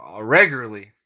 regularly